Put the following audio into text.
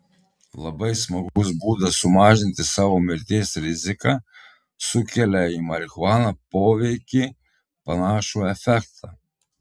labai smagus būdas sumažinti savo mirties riziką sukelia į marihuaną poveikį panašų efektą